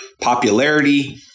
popularity